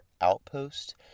outpost